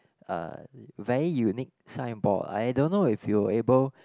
uh very unique signboard I don't know if you able